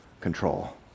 control